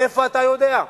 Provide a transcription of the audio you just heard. מאיפה אתה יודע?